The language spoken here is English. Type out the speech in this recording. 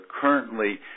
currently